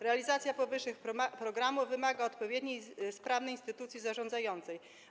Realizacja powyższych programów wymaga odpowiedniej i sprawnej instytucji zarządzającej.